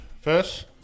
first